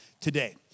today